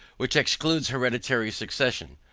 which excludes hereditary succession.